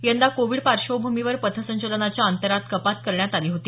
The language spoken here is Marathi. यंदा कोविड पार्श्वभूमीवर पथसंचलनाच्या अंतरात कपात करण्यात आली होती